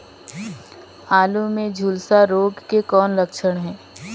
आलू मे झुलसा रोग के कौन लक्षण हे?